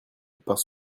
parce